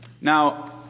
Now